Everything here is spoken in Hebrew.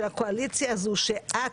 של הקואליציה הזו שאת